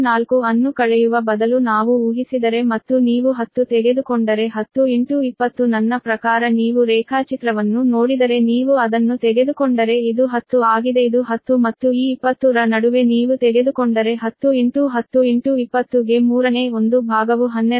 4 ಅನ್ನು ಕಳೆಯುವ ಬದಲು ನಾವು ಊಹಿಸಿದರೆ ಮತ್ತು ನೀವು 10 ತೆಗೆದುಕೊಂಡರೆ 10 20 ನನ್ನ ಪ್ರಕಾರ ನೀವು ರೇಖಾಚಿತ್ರವನ್ನು ನೋಡಿದರೆ ನೀವು ಅದನ್ನು ತೆಗೆದುಕೊಂಡರೆ ಇದು 10 ಆಗಿದೆ ಇದು 10 ಮತ್ತು ಈ 20 ರ ನಡುವೆ ನೀವು ತೆಗೆದುಕೊಂಡರೆ 10 10 20 ಗೆ ಮೂರನೇ ಒಂದು ಭಾಗವು 12